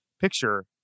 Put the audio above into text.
picture